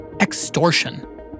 extortion